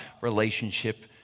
relationship